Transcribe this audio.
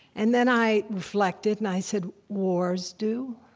and then i reflected, and i said wars do.